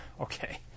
Okay